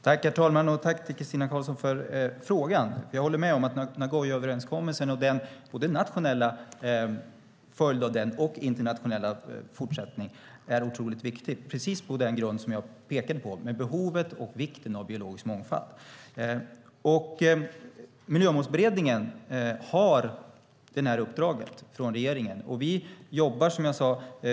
Herr talman! Tack för frågan, Christina Karlsson! Jag håller med om att både Nagoyaöverenskommelsen och den nationella och internationella fortsättningen av den är otroligt viktiga på grund av det som jag pekade på, nämligen behovet och vikten av biologisk mångfald. Miljömålsberedningen har det här uppdraget från regeringen. Som jag sade jobbar vi med detta.